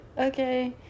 okay